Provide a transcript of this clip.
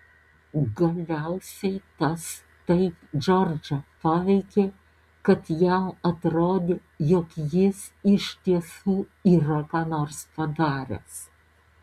galiausiai tas taip džordžą paveikė kad jam atrodė jog jis iš tiesų yra ką nors padaręs